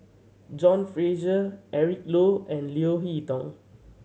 John Fraser Eric Low and Leo Hee Tong